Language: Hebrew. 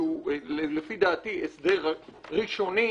שהוא לפי דעתי הסדר ראשוני,